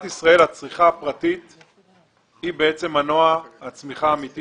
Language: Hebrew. הצריכה הפרטית במדינת ישראל היא בעצם מנוע הצמיחה האמיתי